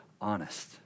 honest